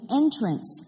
entrance